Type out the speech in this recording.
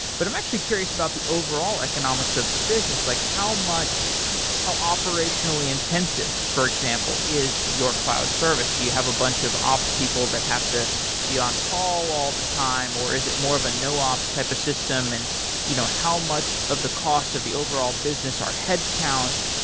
but i'm actually curious about the overall economics of the business, like how much how operationally intensive for example is your cloud service. do you have a bunch of ops people that have to be on call all the time or is it more of a no-ops type of system, and you know how much of the cost of the overall business are headcount?